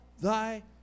thy